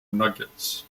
nuggets